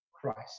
Christ